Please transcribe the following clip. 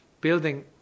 building